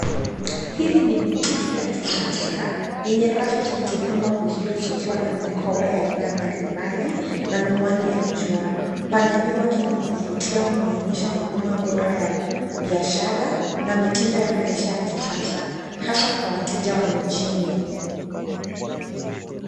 Hili ni boutique la kisasa, yenye rafu zilizopangwa vizuri zikiwa na mikoba ya aina mbali mbali, na miwani ya jua, mpangilio wake ni wakuvutia unaonyesha huduma bora yao, biashara, na mitindo ya maisha ya kisasa, hasa kwa wateja wa mijini.